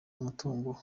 umutungo